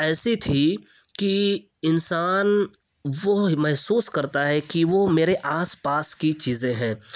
ایسے تھی کہ انسان وہ محسوس کرتا ہے کہ وہ میرے آس پاس کی چیزیں ہیں